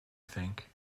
think